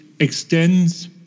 Extends